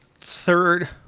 third